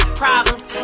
problems